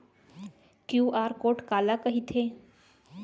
QR code काला कहिथे?